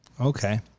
Okay